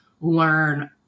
learn